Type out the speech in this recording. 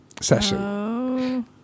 session